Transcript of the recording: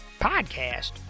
Podcast